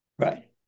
Right